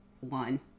one